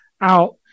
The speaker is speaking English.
out